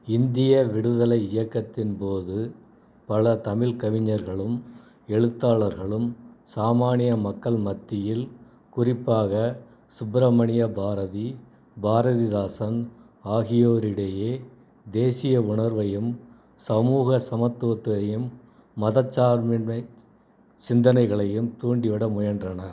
இந்திய விடுதலை இயக்கத்தின் போது பல தமிழ் கவிஞர்களும் எழுத்தாளர்களும் சாமானிய மக்கள் மத்தியில் குறிப்பாக சுப்பிரமணிய பாரதி பாரதிதாசன் ஆகியோர் இடையே தேசிய உணர்வையும் சமூக சமத்துவத்தையும் மதச் சார்பின்மை சிந்தனைகளையும் தூண்டிவிட முயன்றனர்